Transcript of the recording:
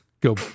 go